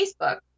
Facebook